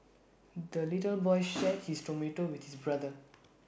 the little boy shared his tomato with his brother